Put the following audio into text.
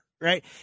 Right